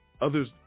Others